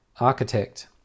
architect